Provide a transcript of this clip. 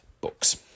books